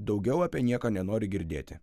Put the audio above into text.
daugiau apie nieką nenori girdėti